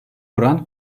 oran